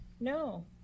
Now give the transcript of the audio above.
No